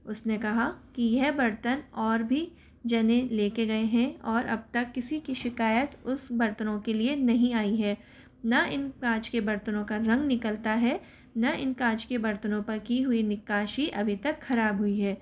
उसने कहाँ कि यह बर्तन और भी जने लेकर गए हैं और अब तक किसी की शिकायत उस बर्तनों के लिए नहीं आई है ना इन काँच के बर्तनों का रंग निकलता है ना इन काँच के बर्तनों पर की हुई नक्काशी अभी तक ख़राब हुई है